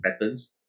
patterns